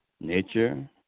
nature